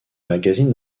magazines